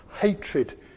hatred